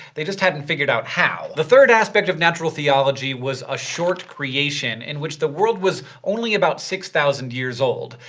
they just hadn't figured out how. the third aspect of natural theology was a short creation, in which the world was only about six thousand years old.